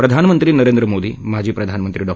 प्रधानमंत्री नरेंद्र मोदी माजी प्रधानमंत्री डॉ